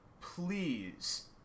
please